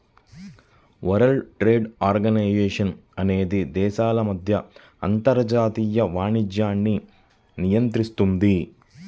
world trade organization అనేది దేశాల మధ్య అంతర్జాతీయ వాణిజ్యాన్ని నియంత్రిస్తుంది